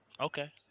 Okay